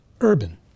urban